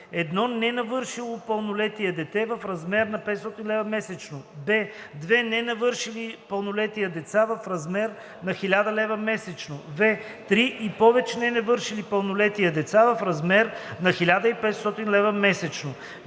едно ненавършило пълнолетие дете – в размер на 500 лв. месечно; б) две ненавършили пълнолетие деца – в размер на 1000 лв. месечно; в) три и повече ненавършили пълнолетие деца – в размер на 1500 лв. месечно;